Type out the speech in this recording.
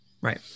Right